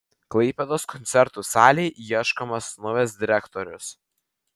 klaipėdos koncertų salei ieškomas naujas direktorius